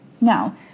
Now